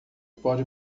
pode